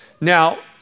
Now